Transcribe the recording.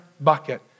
bucket